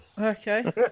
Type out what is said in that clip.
Okay